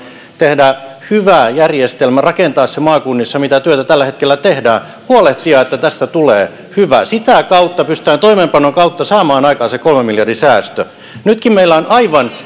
tehdä hyvä järjestelmä rakentaa se maakunnissa mitä työtä tällä hetkellä tehdään huolehtia että tästä tulee hyvä sitä kautta toimeenpanon kautta pystytään saamaan aikaan se kolmen miljardin säästö nytkin meillä on